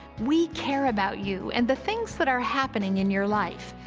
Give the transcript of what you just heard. we care about you and the things that are happening in your life.